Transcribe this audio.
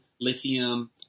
lithium